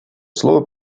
слово